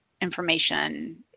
information